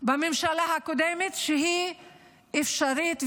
הממשלה הקודמת שהיא אפשרית וממשית.